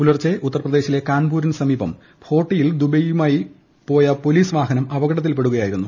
പുലർച്ചെ ഉത്തർപ്രദേശിലെ കാൺപൂരിന് സമീപം ഭോട്ടിയിൽ ദൂബെയുമായി പോയ പൊലീസ് വാഹനം അപകടത്തിൽപ്പെട്ടിരുന്നു